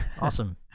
Awesome